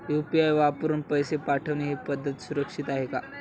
UPI वापरून पैसे पाठवणे ही पद्धत सुरक्षित आहे का?